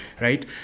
right